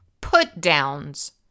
put-downs